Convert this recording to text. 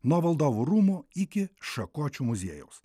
nuo valdovų rūmų iki šakočių muziejaus